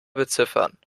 beziffern